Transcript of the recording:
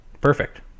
Perfect